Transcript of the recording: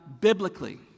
biblically